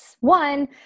One